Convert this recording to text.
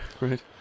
Right